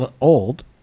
old